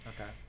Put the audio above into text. Okay